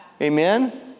Amen